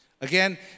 Again